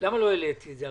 לא העליתי את זה?